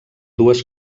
dues